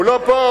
הוא לא פה.